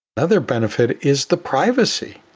another benefit is the privacy.